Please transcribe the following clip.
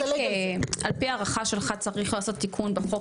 על פי הערכה שלך צריך לעשות תיקון בחוק